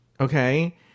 Okay